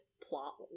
plot